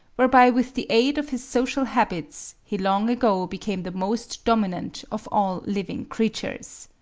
whereby with the aid of his social habits, he long ago became the most dominant of all living creatures.